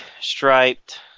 striped